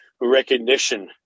recognition